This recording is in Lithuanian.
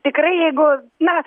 tikra jeigu na